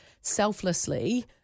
selflessly